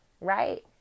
right